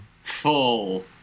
full